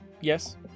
Yes